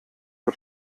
für